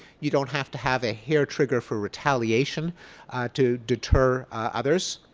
you don't have to have a hair trigger for retaliation to deter others.